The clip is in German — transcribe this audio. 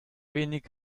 wenig